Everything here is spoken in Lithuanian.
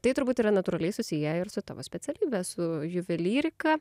tai turbūt yra natūraliai susiję ir su tavo specialybe su juvelyrika